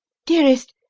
dearest,